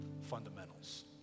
fundamentals